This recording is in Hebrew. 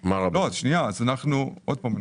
שוב,